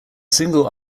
single